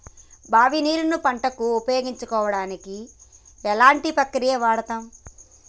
బావి నీరు ను పంట కు ఉపయోగించడానికి ఎలాంటి ప్రక్రియ వాడుతం?